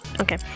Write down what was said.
okay